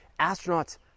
Astronauts